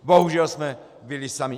Bohužel jsme byli sami.